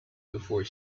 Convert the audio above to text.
before